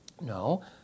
no